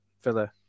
Villa